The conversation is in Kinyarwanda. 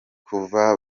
kuva